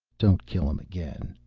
don't kill him again,